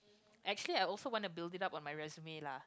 actually I also want to build it out on my resume lah